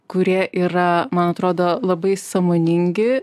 kurie yra man atrodo labai sąmoningi